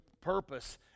purpose